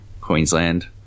...Queensland